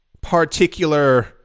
Particular